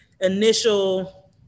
initial